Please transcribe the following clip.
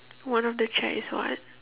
one of the chair is what